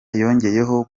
yongeyeho